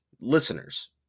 listeners